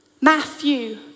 Matthew